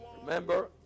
Remember